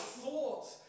thoughts